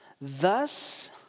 thus